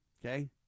Okay